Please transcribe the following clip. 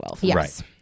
Yes